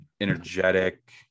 energetic